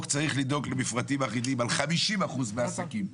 צריך לדאוג למפרטים אחידים ל-50% מהעסקים.